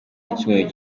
w’icyumweru